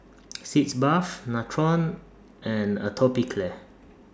Sitz Bath Nutren and Atopiclair